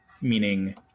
meaning